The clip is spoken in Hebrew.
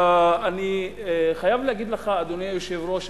אדוני היושב-ראש,